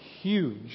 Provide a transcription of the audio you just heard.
huge